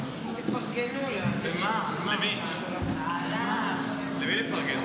56 שנים של שלילת זכויות והגבלות על התנועה,